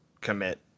commit